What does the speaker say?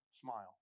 smile